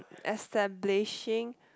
establishing